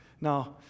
Now